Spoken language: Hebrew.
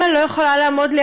הם לא יכולים לעמוד שם כמשפחה,